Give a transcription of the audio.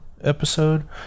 Episode